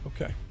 Okay